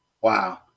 Wow